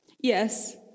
Yes